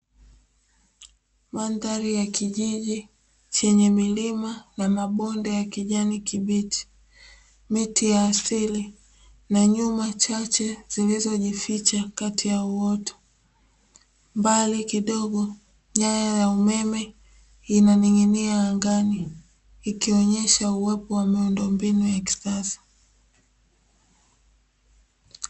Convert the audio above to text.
Mandhari ya kijiji chenye milima na mabonde ya kijani kibichi, miti ya asili na nyumba chache zilizojificha kati ya uoto, mbali kidogo nyaya ya umeme inaning'inia angani, ikionyesha uwepo wa miundombinu ya kisasa.